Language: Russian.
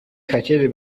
хотели